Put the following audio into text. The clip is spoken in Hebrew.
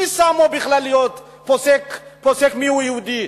מי שם אותו להיות פוסק מיהו יהודי?